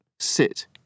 Sit